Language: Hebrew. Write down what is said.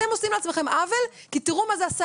אתם עושים לעצמכם עוול כי תיראו מה זה עשה